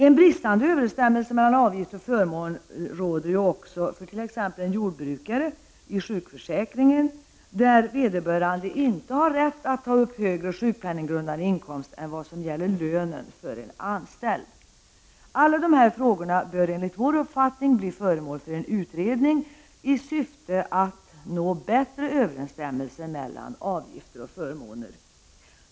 En bristande överensstämmelse mellan avgift och förmån råder också för t.ex. en jordbrukare i sjukförsäkringen, där vederbörande inte har rätt att ta upp högre sjukpenninggrundande inkomst än vad som gäller lönen för en anställd. Alla de här frågorna bör enligt vår uppfattning bli föremål för en utredning, i syfte att nå bättre överensstämmelse mellan avgifter och förmåner.